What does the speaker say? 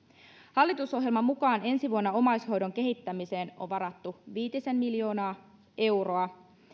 hallitusohjelman mukaan ensi vuonna omaishoidon kehittämiseen on varattu viitisen miljoonaa euroa